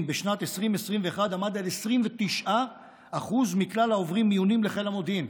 בשנת 2021 עמד על 29% מכלל העוברים מיונים לחיל למודיעין.